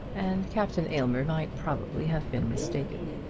and captain aylmer might probably have been mistaken.